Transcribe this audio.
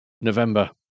November